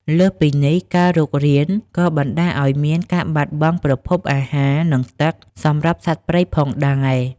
លើសពីនេះ ការរុករានក៏បណ្តាលឱ្យមាន ការបាត់បង់ប្រភពអាហារ និងទឹក សម្រាប់សត្វព្រៃផងដែរ។